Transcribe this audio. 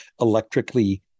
electrically